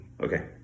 Okay